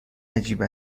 عجیب